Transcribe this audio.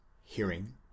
hearing